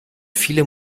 viele